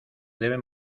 deben